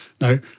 Now